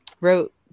wrote